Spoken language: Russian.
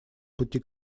пути